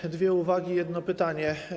Mam dwie uwagi i jedno pytanie.